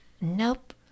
Nope